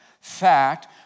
Fact